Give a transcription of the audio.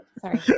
Sorry